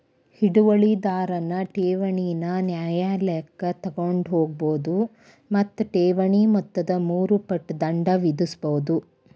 ಹಿಡುವಳಿದಾರನ್ ಠೇವಣಿನ ನ್ಯಾಯಾಲಯಕ್ಕ ತಗೊಂಡ್ ಹೋಗ್ಬೋದು ಮತ್ತ ಠೇವಣಿ ಮೊತ್ತದ ಮೂರು ಪಟ್ ದಂಡ ವಿಧಿಸ್ಬಹುದು